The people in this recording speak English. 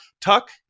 Tuck